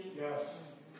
Yes